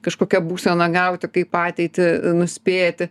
kažkokią būseną gauti kaip ateitį nuspėti